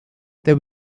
there